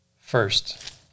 first